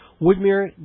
Woodmere